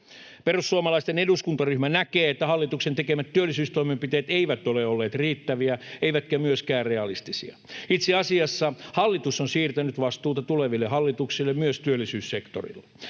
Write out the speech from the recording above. Perussuomalaisten eduskuntaryhmä näkee, että hallituksen tekemät työllisyystoimenpiteet eivät ole olleet riittäviä eivätkä myöskään realistisia. Itse asiassa hallitus on siirtänyt vastuuta tuleville hallituksille myös työllisyyssektorilla.